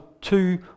two